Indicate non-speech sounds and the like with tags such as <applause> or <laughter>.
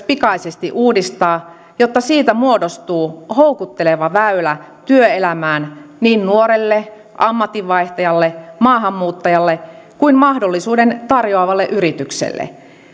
<unintelligible> pikaisesti uudistaa jotta siitä muodostuu houkutteleva väylä työelämään niin nuorelle ammatinvaihtajalle maahanmuuttajalle kuin mahdollisuuden tarjoavalle yritykselle